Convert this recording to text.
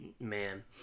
man